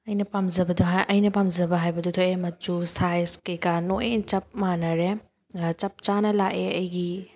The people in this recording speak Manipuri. ꯑꯩꯅ ꯄꯥꯝꯖꯕꯗꯣ ꯍꯥꯏ ꯑꯩꯅ ꯄꯥꯝꯖꯕ ꯍꯥꯏꯕꯗꯨ ꯊꯣꯛꯑꯦ ꯃꯆꯨ ꯁꯥꯏꯖ ꯀꯩꯀꯥ ꯂꯣꯏ ꯆꯞ ꯃꯥꯟꯅꯔꯦ ꯆꯞ ꯆꯥꯅ ꯂꯥꯛꯑꯦ ꯑꯩꯒꯤ